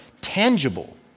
tangible